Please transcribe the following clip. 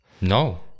No